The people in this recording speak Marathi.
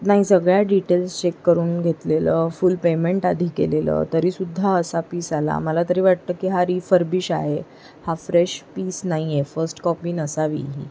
नाही सगळ्या डिटेल्स चेक करून घेतलेलं फुल पेमेंट आधी केलेलं तरी सुद्धा असा पीस आला मला तरी वाटतं की हा रीफर्बिश आहे हा फ्रेश पीस नाही आहे फस्ट कॉपी नसावी ही